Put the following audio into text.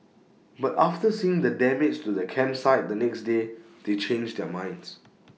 but after seeing the damage to the campsite the next day they changed their minds